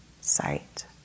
sight